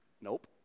nope